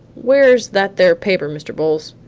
where's that there paper, mr. bowles?